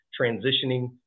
transitioning